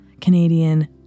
Canadian